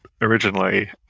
originally